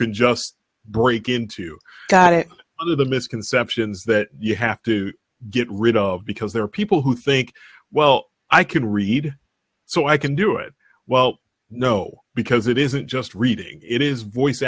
can just break into you got it the misconceptions that you have to get rid of because there are people who think well i can read so i can do it well no because it isn't just reading it is voice